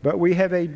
but we have a